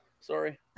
Sorry